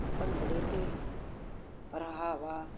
ਭੰਗੜੇ ਅਤੇ ਪਹਿਰਾਵਾ